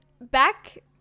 back